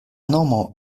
nomo